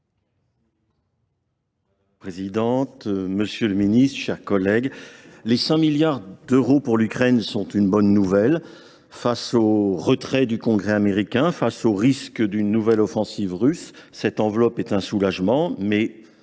présidente, monsieur le ministre, mes chers collègues, les 5 milliards d’euros pour l’Ukraine sont une bonne nouvelle. Face au retrait du Congrès américain et face au risque d’une nouvelle offensive russe, cette enveloppe est un soulagement.